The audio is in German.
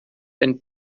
ein